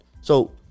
So-